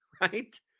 right